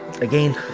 again